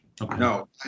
No